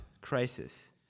Crisis